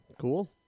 cool